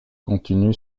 continue